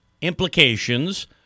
implications